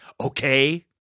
okay